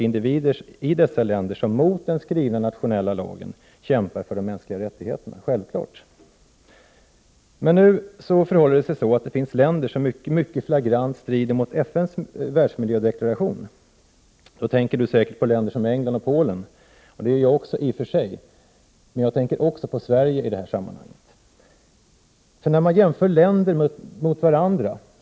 Sverige har undertecknat deklarationen. Trots detta dödas ett djur varje minut i vårt land i samband med, ofta fullständigt onödiga, djurförsök. Trots detta tillhör vi i Sverige dem som förbrukar mest naturresurser per capita bland världens nationer.